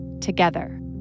together